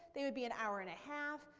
they would be an hour and a half.